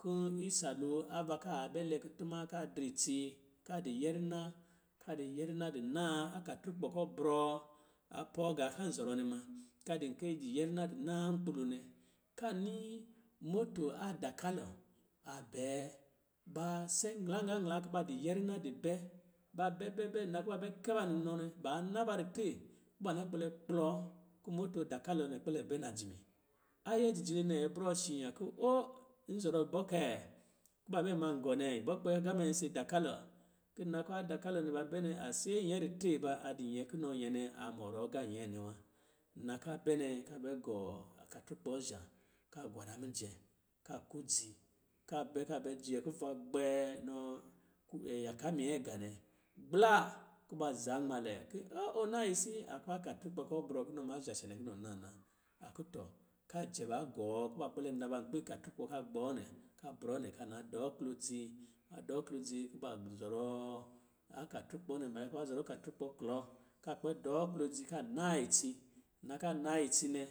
Kɔ̄ isa lo ava kaa bɛ lɛ kutuma ka drɛ itsi ka di nyɛrina, ka di nyɛrina di naa, akaturkpɔ kɔ brɔɔ, a pɔɔ gā ka zɔrɔ nɛ muna, ka di kai di nyɛrina di naa nkpilonɛ, ka nii moto a dakalɛ a bɛɛ, ba se nlanganglan kuba di nyɛrina di bɛ. Ba bɛ bɛ bɛ, nna kuba bɛ kɛ ba munɔ nɛ, ba na ba ritre, kuba na kpɛlɛ kplɔ, kɔ̄ moto a dakalo nɛ kpɛlɛ bɛ najimi. Ayɛ jijili nɛ brɔ shi a kɔ̄ o, n zɔrɔ bɔ kɛ, kuba bɛ ma gɔ nɛ, ibɔ kpɛ gama isi dakalo kɔ̄ nna kɔ̄ a dakalo nɛ bɛ nɛ, a sɛɛ nyɛ ritre ba, a di nyɛ kunɔ nyɛ nɛ a mɔrɔɔ agā nyɛɛ nɛ wa. Nna ka bɛ nɛ, ka bɛ gɔ akaturkpɔ zhā ka gwara mijɛ ka kudzi ka bɛ ka bɛ jɛ kuva gbɛɛ nɔ yaka minyɛɛgā nɛ gblaa kuba zanmalɛ ki o ɔ naa isi, a kuwa akaturkpɔ brɔ kunɔ zhā cɛene kunɔ naa na. A ku tɔ, kajɛ ba gɔɔ kuba kpɛlɛ na ba nkpi akaturkpɔ ka gbɔɔ nɛ ka brɔɔ nɛ ka na dɔɔ aklodzi, a dɔɔ klodzi kuba zɔrɔɔ akaturkpɔ nɛ. Nna kuba zɔrɔ akaturkpɔ klɔ, ka kpɛ dɔɔ wodzi ka naa itsi. Nna ka naa itsi nɛ,